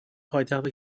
پایتخت